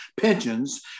pensions